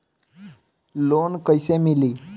Loan कइसे मिली?